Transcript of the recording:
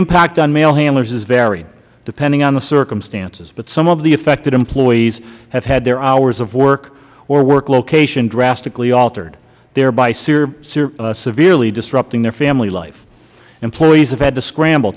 impact on mail handlers is varied depending on the circumstances but some of the affected employees have had their hours of work or work location drastically altered thereby severely disrupting their family life employees have had to scramble